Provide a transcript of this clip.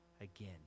again